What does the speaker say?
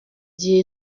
gihe